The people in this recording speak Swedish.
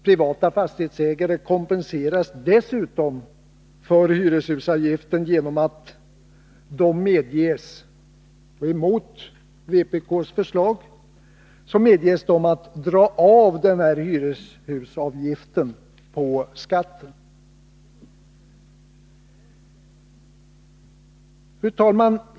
Privata fastighetsägare kompenseras dessutom för hyreshusavgiften, genom att de medges — mot vpk:s förslag — att dra av denna hyreshusavgift på skatten. Fru talman!